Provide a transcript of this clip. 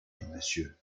monsieur